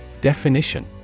Definition